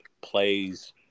plays